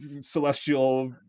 celestial